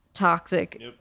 toxic